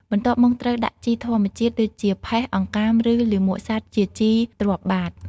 បន្ទាប់មកត្រូវដាក់ជីធម្មជាតិដូចជា ផេះ អង្កាម ឬលាមកសត្វជាជីទ្រាប់បាត។